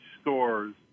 stores